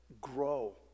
grow